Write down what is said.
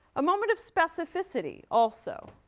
a moment of specificity also.